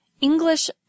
English